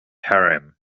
harem